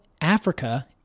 Africa